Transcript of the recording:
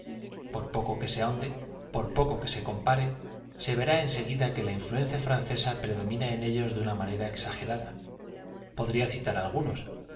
por poco que se ahonde por poco que se compare se verá en seguida que ia influencia francesa predomina en ellos de una manera exagerada podría citar algunos